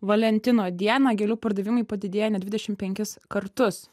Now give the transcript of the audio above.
valentino dieną gėlių pardavimai padidėja net dvidešim penkis kartus